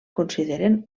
consideren